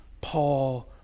Paul